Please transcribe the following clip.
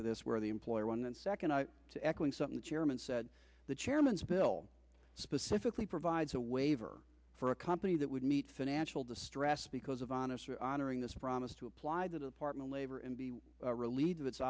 to this where the employer one second to echoing something the chairman said the chairman's bill specifically provides a waiver for a company that would meet financial distress because of honest honoring this promise to apply the department labor and be relieved of its